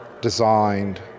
designed